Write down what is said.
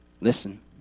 Listen